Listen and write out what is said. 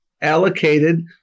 allocated